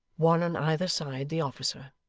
one on either side the officer.